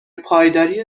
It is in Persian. پایداری